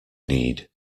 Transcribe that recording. need